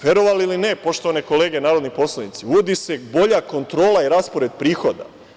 Verovali ili ne, poštovane kolege narodni poslanici, uvodi se bolja kontrola i raspored prihoda.